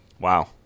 wow